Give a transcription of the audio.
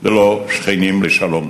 ללא שכנים לשלום.